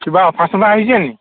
কিবা অফাৰ চফাৰ আহিছে নেকি